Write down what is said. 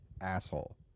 asshole